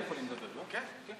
מיליון.